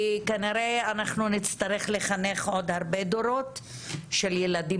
כי כנראה אנחנו נצטרך לחנך עוד הרבה דורות של ילדים